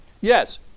Yes